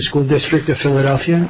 school district of philadelphia